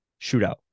shootout